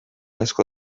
asko